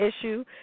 issue